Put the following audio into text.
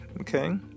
okay